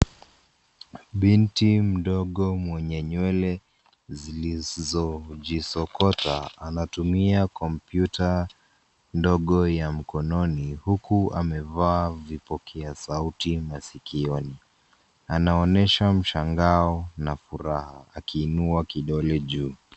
Binti mdogo mwenye nywele zilizojisokota anatumia kompyuta ndogo ya mkononi huku amevaa vipokea sauti masikioni. Anaonyesha mshangao na furaha akiinua kidole juu.